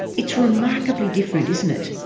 it's remarkably different, isn't it.